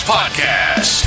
Podcast